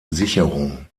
sicherung